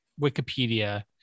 Wikipedia